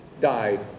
died